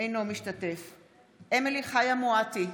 אינו משתתף בהצבעה אמילי חיה מואטי,